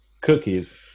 cookies